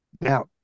Now